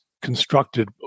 Constructed